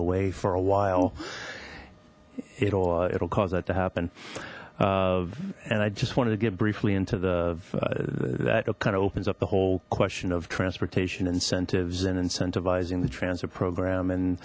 away for a while it'll it'll cause that to happen and i just wanted to get briefly into the that kind of opens up the whole question of transportation incentives and incentivizing the transit program and